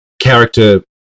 character